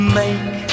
make